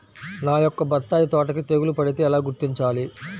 నా యొక్క బత్తాయి తోటకి తెగులు పడితే ఎలా గుర్తించాలి?